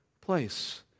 place